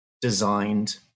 designed